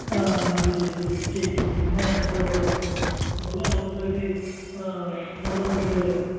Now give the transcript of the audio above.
ହଁ ହଁ BJP BJP ଠିକ୍ ଠିକ୍ ଠିକ୍ ନାଇ ଭଲ ଭଲ ଭଲ ଭଲ ଆମର ତ ଏଠି ନବରଙ୍ଗପୁରରେ